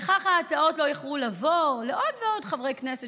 ההצעות לא איחרו לבוא לעוד ועוד חברי כנסת